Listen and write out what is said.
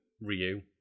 Ryu